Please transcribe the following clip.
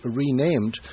renamed